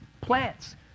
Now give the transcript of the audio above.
plants